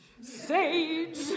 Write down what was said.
Sage